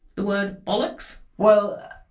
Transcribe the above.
the word bollocks? well.